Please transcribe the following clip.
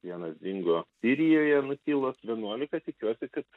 vienas dingo sirijoje nutilo vienuolika tikiuosi kad